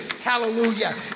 Hallelujah